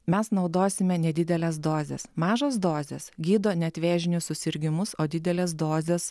mes naudosime nedideles dozes mažos dozės gydo net vėžinius susirgimus o didelės dozės